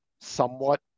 somewhat